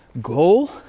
goal